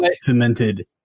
cemented